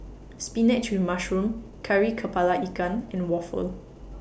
Spinach with Mushroom Kari Kepala Ikan and Waffle